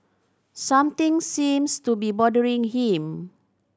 something seems to be bothering him